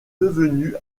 devenu